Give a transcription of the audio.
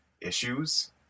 issues